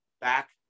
back